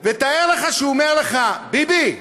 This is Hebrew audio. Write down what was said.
ותאר לך שהוא אומר לך: ביבי,